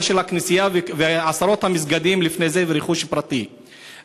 של הכנסייה ועשרות המסגדים לפני זה ורכוש פרטי,